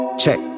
check